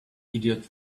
idiot